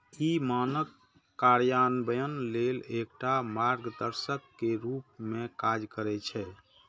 ई मानक कार्यान्वयन लेल एकटा मार्गदर्शक के रूप मे काज करै छै